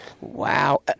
Wow